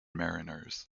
mariners